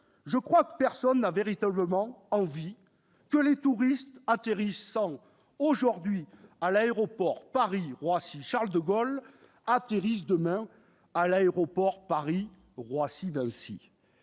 je crois que personne n'a véritablement envie que les touristes atterrissant aujourd'hui à l'aéroport Paris-Roissy-Charles-de-Gaulle atterrissent demain à l'aéroport Paris-Roissy-Vinci